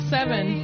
Seven